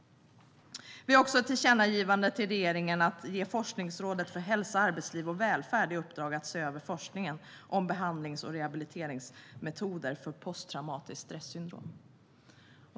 Vi har också ett tillkännagivande till regeringen om att ge Forskningsrådet för hälsa, arbetsliv och välfärd i uppdrag att se över forskningen om behandlings och rehabiliteringsmetoder för posttraumatiskt stresssyndrom.